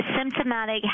symptomatic